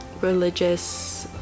religious